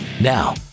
Now